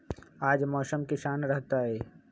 आज मौसम किसान रहतै?